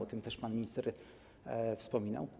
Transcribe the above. O tym też pan minister wspominał.